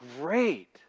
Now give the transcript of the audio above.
great